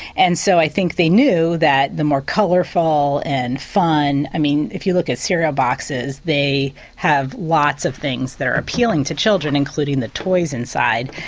and so i think they knew that the more colourful and fun, i mean if you look at cereal boxes they have lots of things there appealing to children including the toys inside.